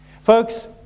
Folks